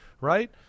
right